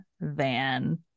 van